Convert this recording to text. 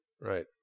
Right